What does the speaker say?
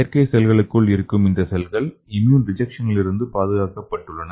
செயற்கை செல்களுக்குள் இருக்கும் இந்த செல்கள் இம்யூன் ரெஜெக்ஷனிலிருந்து பாதுகாக்கப்பட்டுள்ளன